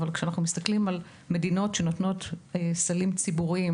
אבל כשמסתכלים על מדינות שנותנות סלים ציבוריים